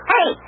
Hey